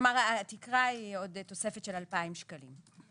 כלומר התקרה היא תוספת של אלפיים שקלים.